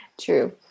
True